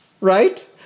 right